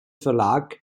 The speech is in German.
verlag